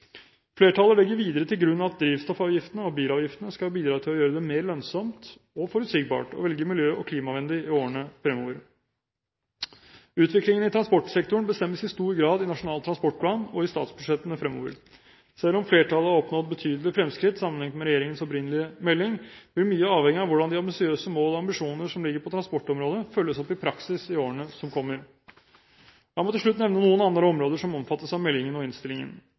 Flertallet legger videre til grunn at drivstoffavgiftene og bilavgiftene skal bidra til å gjøre det mer lønnsomt og forutsigbart å velge miljø- og klimavennlig i årene fremover. Utviklingen i transportsektoren bestemmes i stor grad i Nasjonal transportplan og i statsbudsjettene fremover. Selv om flertallet har oppnådd betydelige fremskritt sammenlignet med regjeringens opprinnelige melding, vil mye avhenge av hvordan de ambisiøse mål og ambisjoner som ligger i transportområdet, følges opp i praksis i årene som kommer. La meg til slutt nevne noen andre områder som omfattes av meldingen og innstillingen.